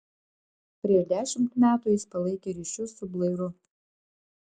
prieš dešimt metų jis palaikė ryšius su blairu